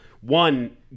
One